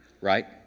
right